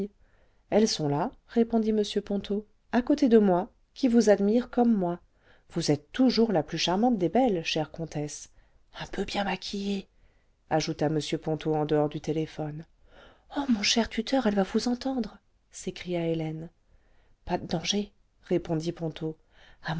elles sont là répondit m ponto à côté de moi qui vous admirent comme toujours charmante chère comtesse moi vous êtes toujours la plus charmante des belles chère comtesse un peu bien maquillée ajouta m ponto en dehors du téléphone oh mon cher tuteur elle va vous entendre s'écria hélène pas de danger répondit ponto